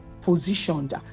positioned